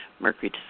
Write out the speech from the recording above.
Mercury